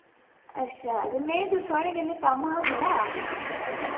अच्छा ते मैं थुआढ़े कन्नै कम्म हा थोह्ड़ा